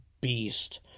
beast